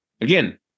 again